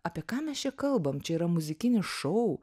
apie ką mes čia kalbam čia yra muzikinis šou